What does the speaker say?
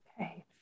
Okay